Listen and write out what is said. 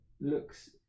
looks